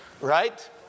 right